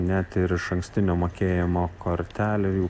net ir išankstinio mokėjimo kortelių jų